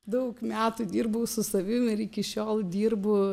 daug metų dirbau su savim ir iki šiol dirbu